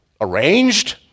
arranged